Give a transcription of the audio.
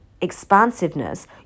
expansiveness